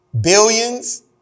billions